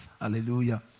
Hallelujah